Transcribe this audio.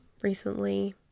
recently